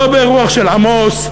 לא ברוח של עמוס,